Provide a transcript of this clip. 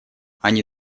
они